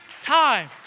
time